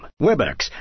Webex